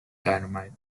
dynamite